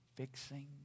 Fixing